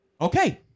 Okay